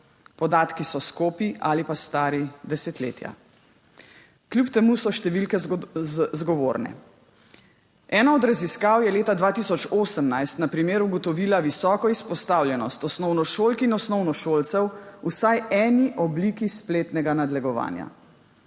Podatki so skopi ali pa stari desetletja. Kljub temu so številke zgovorne. Ena od raziskav je leta 2018 na primer ugotovila visoko izpostavljenost osnovnošolk in osnovnošolcev vsaj eni obliki spletnega nadlegovanja.